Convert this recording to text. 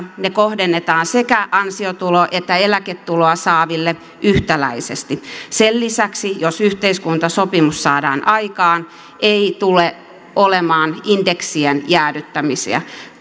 kohdennetaan sekä ansiotuloa että eläketuloa saaville yhtäläisesti ja b sen lisäksi jos yhteiskuntasopimus saadaan aikaan ei tule olemaan indeksien jäädyttämisiä